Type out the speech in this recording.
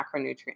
macronutrients